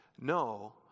No